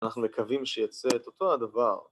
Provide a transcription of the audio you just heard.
אנחנו מקווים שייצא את אותו הדבר